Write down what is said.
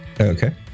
Okay